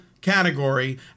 category